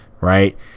right